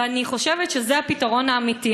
ואני חושבת שזה הפתרון האמיתי.